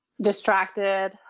distracted